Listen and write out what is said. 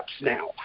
now